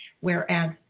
whereas